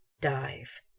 dive